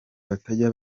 batajya